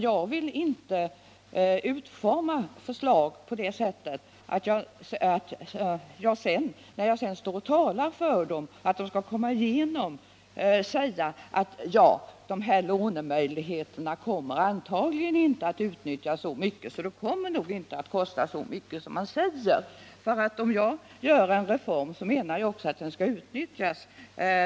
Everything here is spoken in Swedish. Jag vill inte utforma ett förslag på det sättet att jag sedan, när jag står och talar för att det skall gå igenom, kan säga att lånemöjligheterna antagligen inte kommer att utnyttjas så mycket, varför det nog inte kommer att kosta så mycket som man säger. Om jag utarbetar en reform menar jag att den också skall utnyttjas.